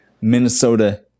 Minnesota